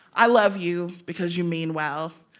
i love you because you mean well.